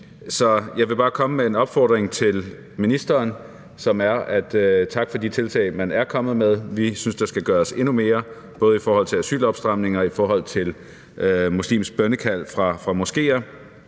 Så jeg vil bare komme med en opfordring til ministeren, og den er: Tak for de tiltag, man er kommet med. Vi synes, der skal gøres endnu mere, både i forhold til asylopstramninger og i forhold til muslimsk bønnekald fra moskéer.